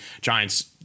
Giants